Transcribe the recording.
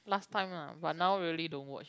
last time lah but now really don't watch